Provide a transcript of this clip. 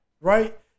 right